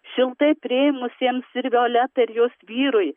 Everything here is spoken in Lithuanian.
šiltai priėmusiems ir violetai ir jos vyrui